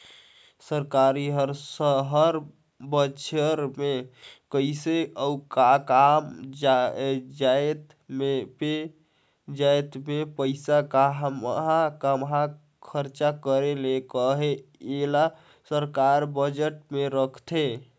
सरकार हर हर बछर में कइसे अउ का का जाएत में पइसा काम्हां काम्हां खरचा करे ले अहे एला सरलग बजट में रखथे